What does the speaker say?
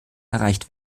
erreicht